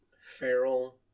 feral